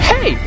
Hey